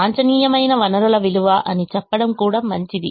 వాంఛనీయమైన వనరుల విలువ అని చెప్పడం కూడా మంచిది